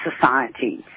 society